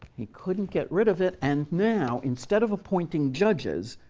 he couldn't get rid of it, and now, instead of appointing judges,